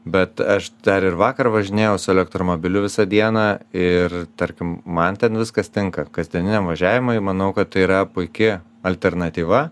bet aš dar ir vakar važinėjau su elektromobiliu visą dieną ir tarkim man ten viskas tinka kasdieniniam važiavimui manau kad tai yra puiki alternatyva